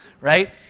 Right